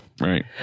Right